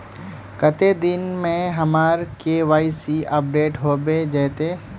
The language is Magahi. कते दिन में हमर के.वाई.सी अपडेट होबे जयते?